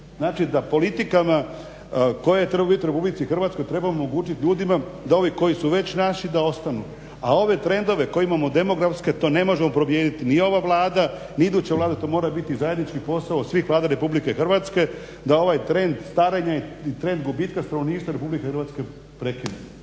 Znači da politikama koje trebaju biti u RH treba omogućiti ljudima da ovi koji su već naši da ostanu, a ove trendove koje imamo demografske to ne možemo promijeniti ni ova Vlada ni iduća vlada, to mora biti zajednički posao svih vlada RH da ovaj trend starenja i trend gubitka stanovništva RH prekinu.